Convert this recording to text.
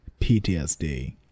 PTSD